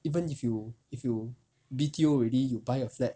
even if you if you B_T_O already you buy a flat